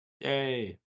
Yay